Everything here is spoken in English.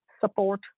support